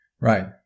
Right